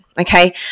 okay